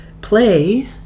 play